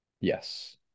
yes